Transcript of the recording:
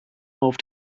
auf